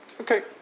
okay